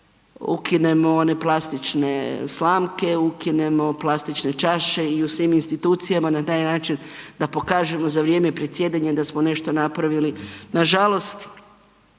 ukinemo one plastične slamke, ukinemo plastične čaše i u svim institucijama na taj način da pokažemo za vrijeme predsjedanja da smo nešto napravili.